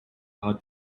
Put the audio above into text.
heart